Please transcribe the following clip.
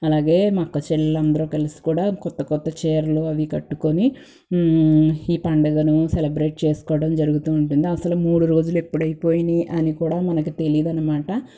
అలాగే మా అక్కా చెల్లెలందరు కలిసి కూడా కొత్త కొత్త చీరలు అవి కట్టుకొని ఈ పండగను సెలెబ్రేట్ చేసుకోవడం జరుగుతూ ఉంటుంది అసలు మూడు రోజులెప్పుడైపోయినయి అని కూడా మనకి తెలియదనమాట